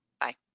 Bye